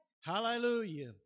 Hallelujah